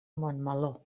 montmeló